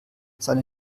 seine